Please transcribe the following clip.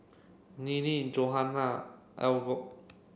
Neely Johana Algot